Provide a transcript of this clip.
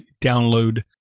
download